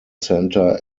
center